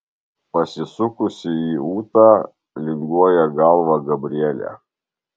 pasisukusi į ūtą linguoja galvą gabrielė